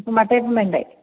അപ്പം വട്ടയപ്പം വേണ്ടെ